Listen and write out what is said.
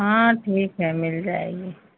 हाँ ठीक है मिल जाएगी